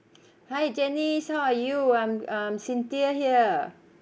hi janice how are you I'm I'm cynthia here